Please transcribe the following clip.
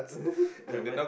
nevermind